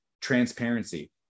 transparency